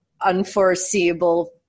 unforeseeable